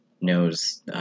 knows